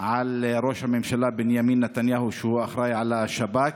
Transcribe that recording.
על ראש הממשלה בנימין נתניהו, שהוא אחראי לשב"כ.